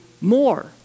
more